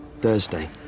Thursday